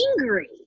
angry